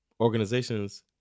organizations